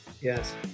Yes